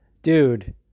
Dude